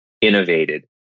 innovated